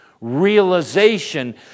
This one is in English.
realization